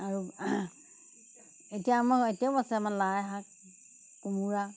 আৰু এতিয়া আমাৰ এতিয়াও আছে আমাৰ লাই শাক কোমোৰা